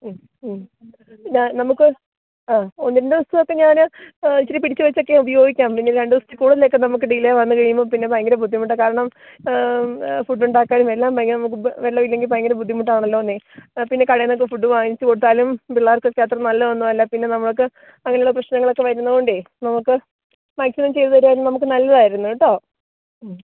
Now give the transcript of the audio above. ഉം ഉം നമുക്ക് ആ ഒന്ന് രണ്ട് ദിവസമൊക്കെ ഞാൻ ഇച്ചിരി പിടിച്ചുവച്ചൊക്കെ ഉപയോഗിക്കാം പിന്നെ രണ്ടു ദിവസത്തിൽ കുടുതലൊക്കെ നമുക്ക് ഡിലെ വന്ന് കഴിയുമ്പം പിന്നെ ഭയങ്കര ബുദ്ധിമുട്ടാണ് കാരണം ഫുഡ് ഉണ്ടാക്കാനും എല്ലാം ഭയങ്കര വെള്ളം ഇല്ലെങ്കിൽ ഭയങ്കര ബുദ്ധിമുട്ടാണല്ലൊ പിന്നെ കടയിൽ നിന്നൊക്കെ ഫുഡ് വാങ്ങിച്ചു കൊടുത്താലും പിള്ളേർക്കൊക്കെ അത്ര നല്ലതൊന്നും അല്ല പിന്നെ നമുക്ക് അങ്ങനെയുള്ള പ്രശ്നങ്ങളൊക്കെ വരുന്നുണ്ട് നമുക്ക് മാക്സിമം ചെയ്തു തരികയായിരുന്നേൽ നമുക്ക് നല്ലതായിരുന്നു കേട്ടോ